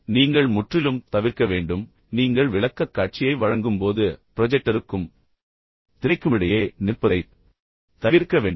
எனவே நீங்கள் முற்றிலும் தவிர்க்க வேண்டும் நீங்கள் விளக்கக்காட்சியை வழங்கும்போது ப்ரொஜெக்டருக்கும் திரைக்குமிடையே நிற்பதைத் தவிர்க்க வேண்டும்